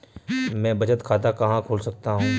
मैं बचत खाता कहाँ खोल सकता हूँ?